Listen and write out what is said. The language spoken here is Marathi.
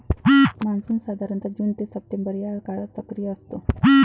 मान्सून साधारणतः जून ते सप्टेंबर या काळात सक्रिय असतो